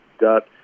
got